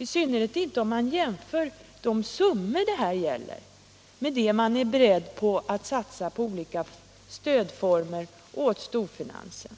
I synnerhet framgår detta vid en jämförelse mellan de summor det här gäller och det som man är beredd att satsa på olika stödformer åt storfinansen.